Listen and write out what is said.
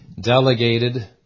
Delegated